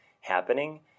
happening